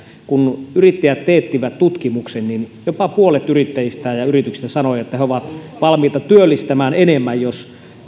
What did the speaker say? kun yrittäjät teetti tutkimuksen niin jopa puolet yrittäjistä ja ja yrityksistä sanoi että he ovat valmiita työllistämään enemmän jos